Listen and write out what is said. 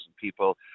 people